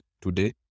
today